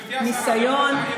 לצערי הרב דווקא מסיעת הליכוד,